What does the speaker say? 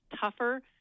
tougher